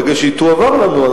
ברגע שהיא תועבר לנו,